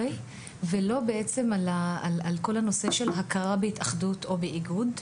ולא על כל הנושא של הכרה בהתאחדות ואיגוד,